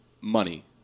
money